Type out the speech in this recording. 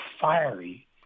fiery